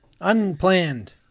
Unplanned